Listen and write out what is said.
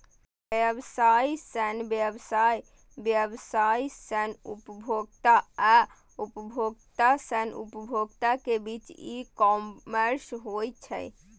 व्यवसाय सं व्यवसाय, व्यवसाय सं उपभोक्ता आ उपभोक्ता सं उपभोक्ता के बीच ई कॉमर्स होइ छै